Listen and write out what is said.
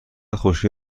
خوشگل